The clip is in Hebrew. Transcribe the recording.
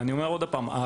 ואני אומר עוד פעם,